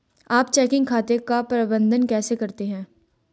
आप चेकिंग खाते का प्रबंधन कैसे करते हैं?